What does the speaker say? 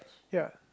ya